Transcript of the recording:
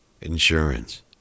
insurance